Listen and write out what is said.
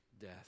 death